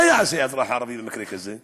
מה יעשה האזרח הערבי במקרה כזה?